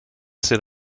sit